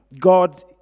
God